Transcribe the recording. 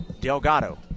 Delgado